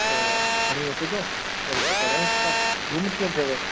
त खणी अचिजो वरी पोइ कढायुसि था गुम कीअं थियुव